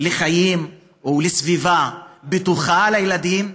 לחיים ולסביבה בטוחה לילדים,